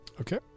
Okay